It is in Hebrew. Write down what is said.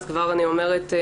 אז כבר אני אומרת,